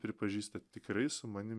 pripažįsta tikrai su manim